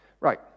Right